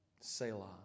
Selah